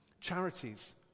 Charities